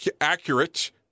accurate